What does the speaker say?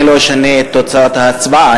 אני לא אשנה את תוצאת ההצבעה,